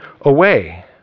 away